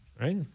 Right